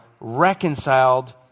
reconciled